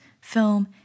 film